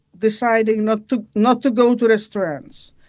deciding not to not to go to restaurants.